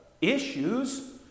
issues